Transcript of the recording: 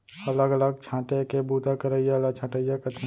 अलग अलग छांटे के बूता करइया ल छंटइया कथें